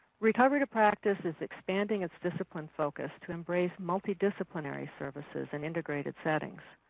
recovery to practice is expanding its discipline focus to embrace multidisciplinary services in integrated settings.